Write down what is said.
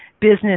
business